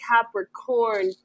Capricorn